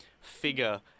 figure